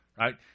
right